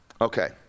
Okay